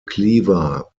cleaver